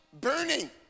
burning